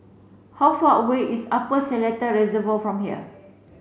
how far away is Upper Seletar Reservoir from here